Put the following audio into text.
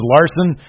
Larson